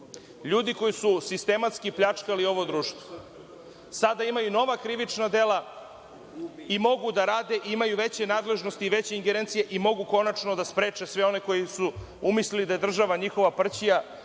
LJudi koji su sistematski pljačkali ovo društvo sada imaju nova krivična dela i mogu da rade, imaju veće nadležnosti i veće ingerencije i mogu konačno da spreče sve one koji su umislili da je država njihova prćija